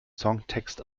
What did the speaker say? songtext